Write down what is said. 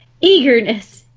eagerness